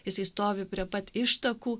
jisai stovi prie pat ištakų